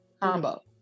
combo